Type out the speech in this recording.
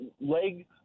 leg